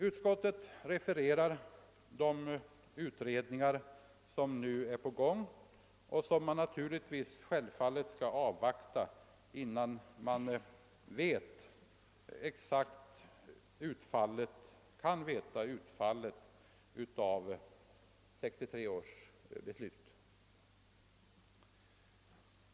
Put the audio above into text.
Utskottet refererar också till de utredningar som dels är avslutade, dels pågår och vilkas resultat självfallet måste avvaktas innan man exakt kan bedöma utfallet av 1963 års beslut.